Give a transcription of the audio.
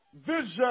Vision